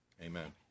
amen